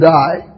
die